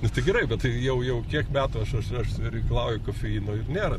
nes tai gerai bet tai jau jau kiek metų aš aš reikalauju kofeino ir nėra